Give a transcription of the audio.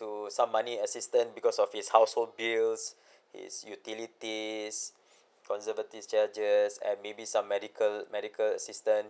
to some money assistant because of his household bills his utilities conservative charges and maybe some medical medical assistant